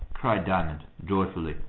cried diamond, joyfully,